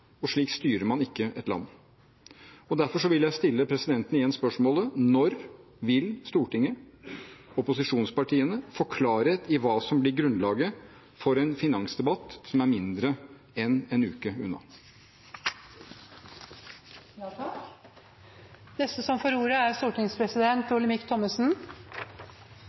budsjettbehandlingen. Slik styrer man ikke et land. Derfor vil jeg igjen stille presidenten spørsmålet: Når vil Stortinget – opposisjonspartiene – få klarhet i hva som blir grunnlaget for en finansdebatt som er mindre enn en uke unna? Utgangspunktet for finansdebatten er selvsagt finanskomiteens innstilling. Hvilke forhandlinger som føres mellom partiene i Stortinget, er